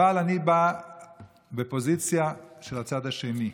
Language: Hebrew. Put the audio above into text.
אבל אני בא בפוזיציה של הצד השני.